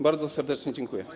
Bardzo serdecznie dziękuję.